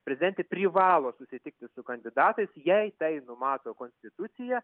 prezidentė privalo susitikti su kandidatais jei tai numato konstitucija